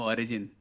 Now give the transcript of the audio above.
Origin